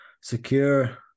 secure